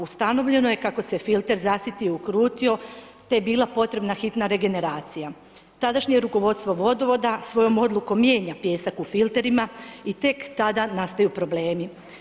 Ustanovljeno je kako se filter zasitio, ukrutio, te je bila potrebna hitna regeneracija, tadašnje rukovodstvo vodovoda, svojom odlukom mijenja pijesak u filterima i tek tada nastaju problemi.